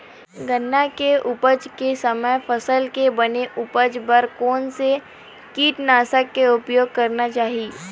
गन्ना के उपज के समय फसल के बने उपज बर कोन से कीटनाशक के उपयोग करना चाहि?